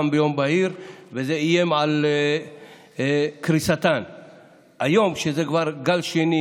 מביאים לוועדה כל פעם היה להאריך בהוראת שעה לחודש,